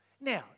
Now